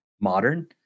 modern